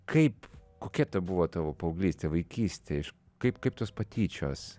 kaip kokia buvo tavo paauglystė vaikystė iš kaip kaip tos patyčios